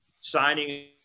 signing